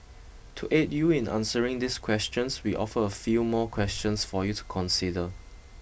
to aid you in answering this question we offer a few more questions for you to consider